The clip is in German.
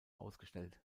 ausgestellt